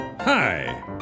hi